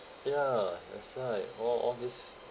ya that's why all all these